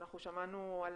אנחנו שמענו על